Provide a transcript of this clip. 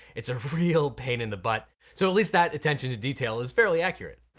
it's a real pain in the butt. so at least that attention to detail is fairly accurate.